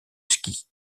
ski